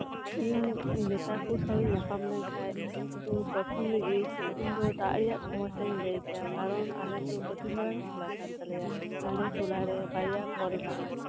ᱤᱧ ᱱᱮᱛᱟ ᱠᱚ ᱥᱟᱶ ᱤᱧ ᱧᱟᱯᱟᱢ ᱞᱮᱱᱠᱷᱟᱡ ᱯᱨᱚᱛᱷᱚᱢ ᱨᱮᱜᱮ ᱫᱟᱜ ᱨᱮᱭᱟᱜ ᱥᱚᱢᱚᱥᱥᱟᱧ ᱞᱟᱹᱭ ᱠᱮᱭᱟ ᱠᱟᱨᱚᱱ ᱟᱞᱮ ᱫᱚ ᱟᱹᱰᱤ ᱢᱟᱨᱟᱝ ᱴᱚᱞᱟ ᱠᱟᱱ ᱛᱟᱞᱮᱭᱟ ᱟᱞᱮ ᱴᱚᱞᱟᱨᱮ ᱵᱟᱨᱭᱟ ᱠᱚᱞ ᱢᱮᱱᱟᱜᱼᱟ